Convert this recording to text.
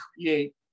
create